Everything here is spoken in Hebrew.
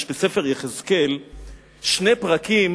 יש בספר יחזקאל שני פרקים